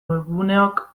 webguneok